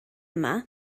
yma